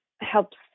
helps